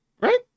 right